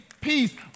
peace